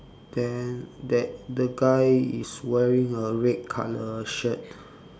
then that the guy is wearing a red colour shirt